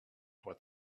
what